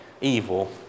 Evil